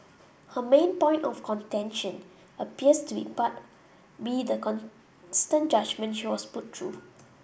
her main point of contention appears to be be the constant judgement she was put through